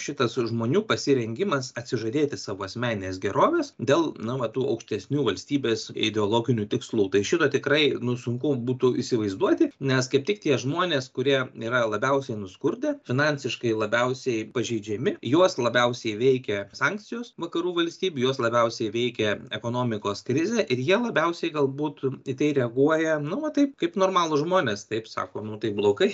šitas žmonių pasirengimas atsižadėti savo asmeninės gerovės dėl na va tų aukštesnių valstybės ideologinių tikslų tai šito tikrai nu sunku būtų įsivaizduoti nes kaip tik tie žmonės kurie yra labiausiai nuskurdę finansiškai labiausiai pažeidžiami juos labiausiai veikia sankcijos vakarų valstybių juos labiausiai veikia ekonomikos krizė ir jie labiausiai gal būt į tai reaguoja nu va taip kaip normalūs žmonės taip sako mum taip blogai